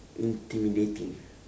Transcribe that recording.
intimidating